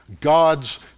God's